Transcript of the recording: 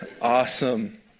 Awesome